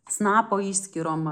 snapo išskyrom